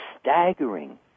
staggering